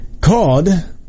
Called